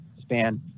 span